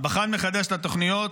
בחן מחדש את התוכניות?